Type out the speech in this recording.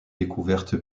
découverte